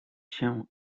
się